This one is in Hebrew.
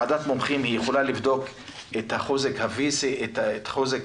המומחים יכולה לבדוק את החוזק הפיזי?